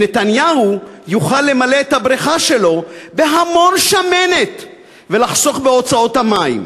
ונתניהו יוכל למלא את הבריכה שלו בהמון שמנת ולחסוך בהוצאות המים.